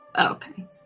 Okay